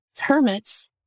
hermits